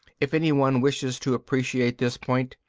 if any one wishes to appreciate this point,